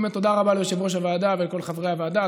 באמת תודה רבה ליושב-ראש הוועדה ולכל חברי הוועדה,